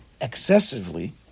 excessively